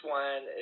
one